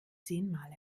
zehnmal